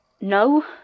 no